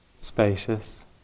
Spacious